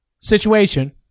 situation